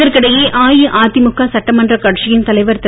இதற்கிடையே அஇஅதிமுக சட்டமன்றக் கட்சியின் தலைவர் திரு